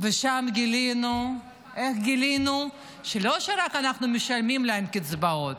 ושם גילינו שלא רק שאנחנו משלמים להם קצבאות,